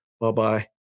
Bye-bye